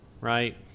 right